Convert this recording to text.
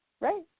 Right